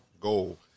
goal